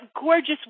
gorgeous